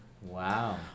Wow